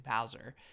bowser